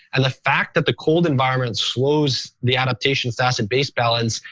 and the fact that the cold environment slows the adaptations to acid-base balance,